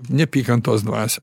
neapykantos dvasią